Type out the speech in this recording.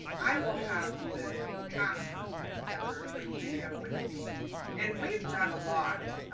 i will have the pastor put together a quick video with me and we've done a lot.